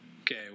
Okay